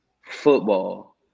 football